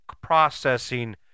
processing